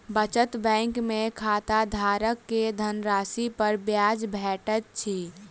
बचत बैंक में खाताधारक के धनराशि पर ब्याज भेटैत अछि